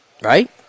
Right